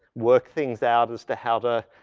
work things out as to how to,